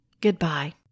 goodbye